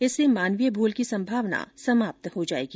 इससे मानवीय भूल की संभावना समाप्त हो जायेगी